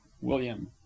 william